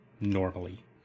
normally